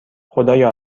خدایا